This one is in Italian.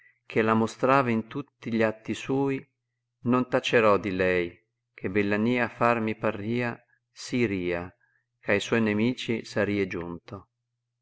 che la'riistrava in tatti gli alti sui non tacerò di lei che bella mia farmi parria sì ria ch'ai suoi nemici sarie giunto